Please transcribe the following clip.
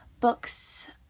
books